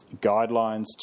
guidelines